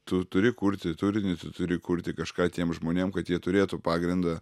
tu turi kurti turinį tu turi kurti kažką tiem žmonėm kad jie turėtų pagrindą